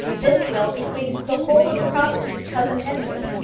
this will bequeathed the whole of the property to cousin henry.